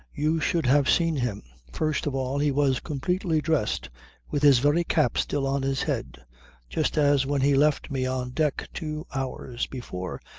you should have seen him. first of all he was completely dressed with his very cap still on his head just as when he left me on deck two hours before,